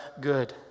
good